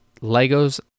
Lego's